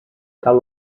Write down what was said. cal